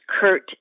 Kurt